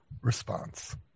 response